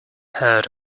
heard